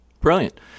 Brilliant